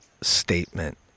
statement